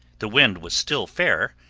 the wind was still fair,